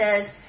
says